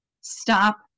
stop